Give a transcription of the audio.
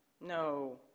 no